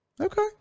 Okay